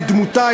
את דמותה,